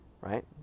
right